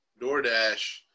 DoorDash